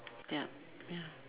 yup ya